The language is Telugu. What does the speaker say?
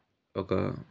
ఒక